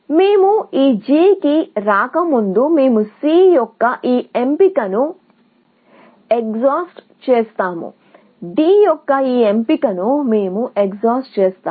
మేము ఈ G కి వచ్చే ముందు మేము C యొక్క ఈ ఎంపికను ఎగ్జాస్ట్ చేస్తాము D యొక్క ఈ ఎంపికను కూడా మేము ఎగ్జాస్ట్ చేస్తాము